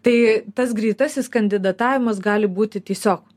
tai tas greitasis kandidatavimas gali būti tiesiog